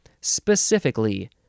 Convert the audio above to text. specifically